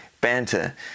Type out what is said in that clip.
banter